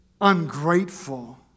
ungrateful